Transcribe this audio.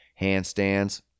Handstands